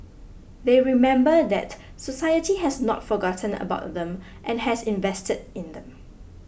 they remember that society has not forgotten about them and has invested in them